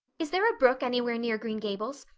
is there a brook anywhere near green gables?